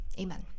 Amen